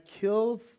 killed